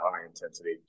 high-intensity